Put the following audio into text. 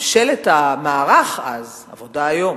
ממשלת המערך אז, העבודה היום,